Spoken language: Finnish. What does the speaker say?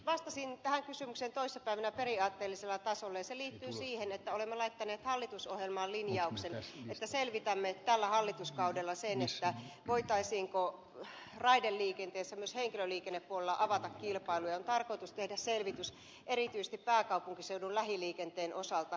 vastasin tähän kysymykseen toissapäivänä periaatteellisella tasolla ja se liittyy siihen että olemme laittaneet hallitusohjelmaan linjauksen että selvitämme tällä hallituskaudella sen voitaisiinko raideliikenteessä myös henkilöliikennepuolella avata kilpailu ja on tarkoitus tehdä selvitys erityisesti pääkaupunkiseudun lähiliikenteen osalta